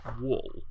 wool